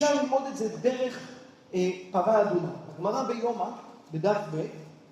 ‫אבל אפשר ללמוד את זה ‫דרך פרה אדומה. ‫גמרה דיומה, בדרך ב...